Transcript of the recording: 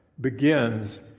begins